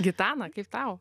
gitana kaip tau